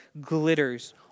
glitters